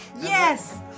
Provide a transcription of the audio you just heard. Yes